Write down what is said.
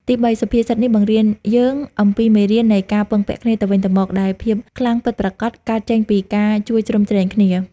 ទីបី សុភាសិតនេះបង្រៀនយើងអំពីមេរៀននៃការពឹងពាក់គ្នាទៅវិញទៅមក ដែលភាពខ្លាំងពិតប្រាកដកើតចេញពីការជួយជ្រោមជ្រែងគ្នា។